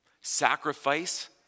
Sacrifice